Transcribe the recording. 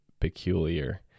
peculiar